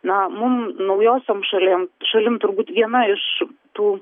na mum naujosiom šalim šalim turbūt viena iš tų